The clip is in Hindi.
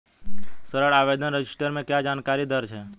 ऋण आवेदन रजिस्टर में क्या जानकारी दर्ज है?